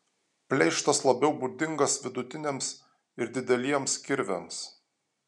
pleištas labiau būdingas vidutiniams ir dideliems kirviams